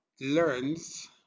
learns